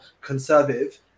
conservative